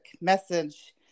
message